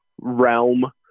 realm